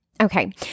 Okay